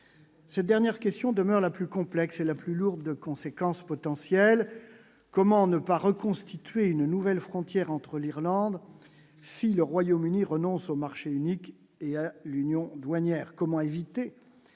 cette dernière question demeure la plus complexe et la plus lourde de conséquences potentielles, comment ne pas reconstituer une nouvelle frontière entre l'Irlande si le Royaume-Uni renonce au marché unique et l'union douanière, comment éviter